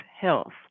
health